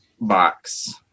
box